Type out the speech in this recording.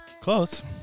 Close